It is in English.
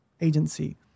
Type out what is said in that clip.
agency